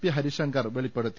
P Harishankar വെളിപ്പെടുത്തി